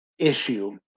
issue